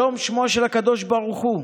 שלום הוא שמו של הקדוש ברוך הוא,